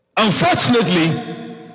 Unfortunately